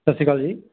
ਸਤਿ ਸ਼੍ਰੀ ਅਕਾਲ ਜੀ